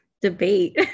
debate